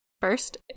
First